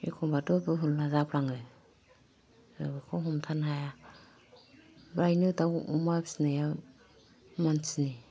एखमबाथ' भुला जाफ्लाङो जों बेखौ हमथानो हाया फ्रायनो दाव अमा फिनाया मानसिनि